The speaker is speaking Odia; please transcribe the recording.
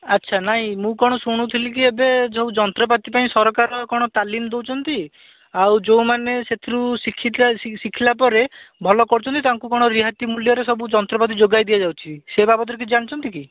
ଆଚ୍ଛା ନାଇଁ ମୁଁ କ'ଣ ଶୁଣୁଥିଲି କି ଏବେ ଯୋଉ ଯନ୍ତ୍ରପାତି ପାଇଁ ସରକାର କ'ଣ ତାଲିମ୍ ଦେଉଛନ୍ତି ଆଉ ଯୋଉମାନେ ସେଥିରୁ ଶିଖିଲା ପରେ ଭଲ କରୁଛନ୍ତି ତାଙ୍କୁ କ'ଣ ରିହାତି ମୂଲ୍ୟରେ ସବୁ ଯନ୍ତ୍ରପାତି ଯୋଗାଇ ଦିଆଯାଉଛି ସେ ବାବଦ୍ରେ କିଛି ଜାଣିଛନ୍ତି କି